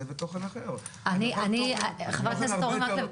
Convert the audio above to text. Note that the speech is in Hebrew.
ותוכן אחר -- חבר הכנסת אורי מקלב,